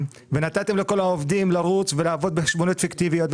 ונתתם לכל העובדים לרוץ ולעבוד בחשבוניות פיקטיביות.